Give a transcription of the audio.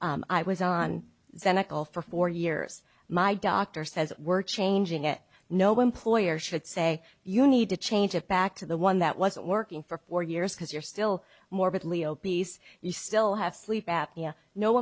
nickel for four years my doctor says we're changing it no employer should say you need to change it back to the one that wasn't working for four years because you're still morbidly obese you still have sleep apnea no